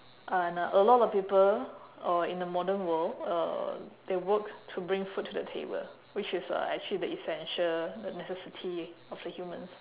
and uh a lot of people or in the modern world uh they work to bring food to the table which is uh actually the essential the necessity of the humans